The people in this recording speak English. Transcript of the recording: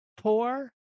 poor